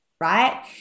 right